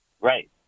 Right